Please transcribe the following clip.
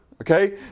okay